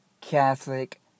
Catholic